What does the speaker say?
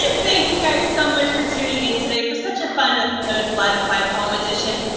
thank you guys so much for tuning in today for such a fun episode of live at five home edition.